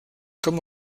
comme